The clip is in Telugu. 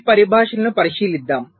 కొన్ని పరిభాషలను పరిశీలిద్దాం